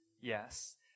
yes